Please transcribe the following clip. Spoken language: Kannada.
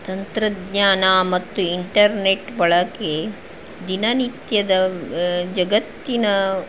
ತಂತ್ರಜ್ಞಾನ ಮತ್ತು ಇಂಟರ್ನೆಟ್ ಬಳಕೆ ದಿನನಿತ್ಯದ ಜಗತ್ತಿನ